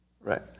right